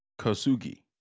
Kosugi